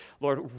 Lord